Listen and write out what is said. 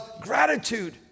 gratitude